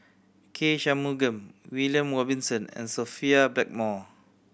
K Shanmugam William Robinson and Sophia Blackmore